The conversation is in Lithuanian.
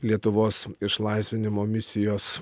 lietuvos išlaisvinimo misijos